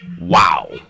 Wow